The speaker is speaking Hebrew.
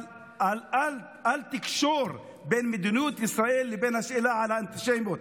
אבל אל תקשור בין מדיניות ישראל לבין השאלה על האנטישמיות.